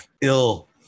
ill